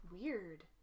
weird